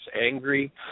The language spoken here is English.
angry